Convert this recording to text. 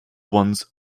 once